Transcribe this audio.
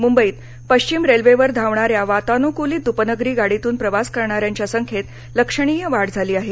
मुंबईत पश्चिम रेल्वेवर धावणाऱ्या वातानुकूलित उपनगरी गाडीतून प्रवास करणार्यांच्या संख्येत लक्षणीय वाढ झाली आहे